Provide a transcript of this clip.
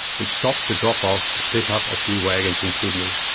which stops to drop off and pick up a few wagons in sydney.